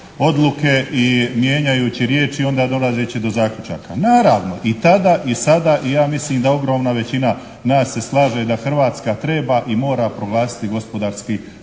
odluke i mijenjajući riječi i onda dolazeći do zaključaka. Naravno, i tada i sada i ja mislim da ogromna većina nas se slaže da Hrvatska treba i mora proglasiti gospodarski